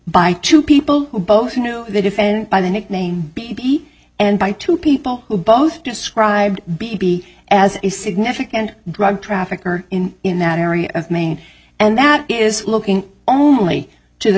by two people who both know the defendant by the nickname b b and by two people who both described b b as a significant drug trafficker in in that area of maine and that is looking only to the